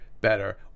better